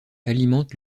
alimente